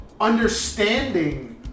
understanding